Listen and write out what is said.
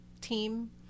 team